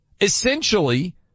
Essentially